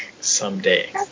someday